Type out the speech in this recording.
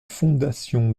fondation